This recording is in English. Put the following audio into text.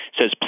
says